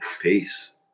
Peace